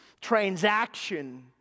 transaction